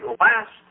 last